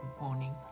morning